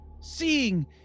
seeing